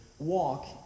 Walk